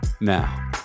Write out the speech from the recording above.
Now